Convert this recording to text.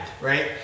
Right